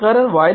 कारण Y